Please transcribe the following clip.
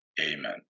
Amen